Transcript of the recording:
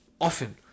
often